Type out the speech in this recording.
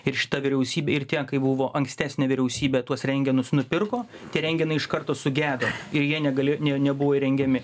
ir šita vyriausybė ir tie kai buvo ankstesnė vyriausybė tuos rentgenus nupirko tie rentgenai iš karto sugedo ir jie negalė ne nebuvo įrengiami